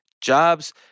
jobs